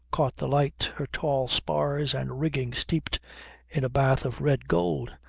caught the light, her tall spars and rigging steeped in a bath of red-gold,